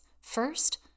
First